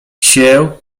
się